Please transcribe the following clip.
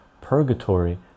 purgatory